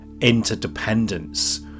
interdependence